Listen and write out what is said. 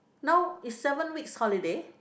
now is seven weeks holiday